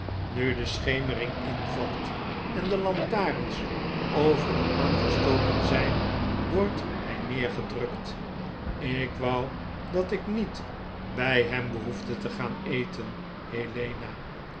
nu de schemering invalt en de lantaarns overal aangestoken zijn wordt hy neergedrukt ik wou dat ik niet by hem behoefde te gaan eten helena